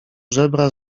żebra